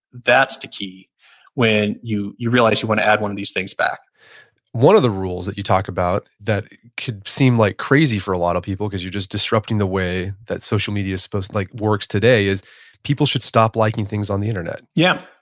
that's the key when you you realize you want to add one of these things back one of the rules that you talk about that could seem like crazy for a lot of people because you're just disrupting the way that social media like works today is people should stop liking things on the internet yeah.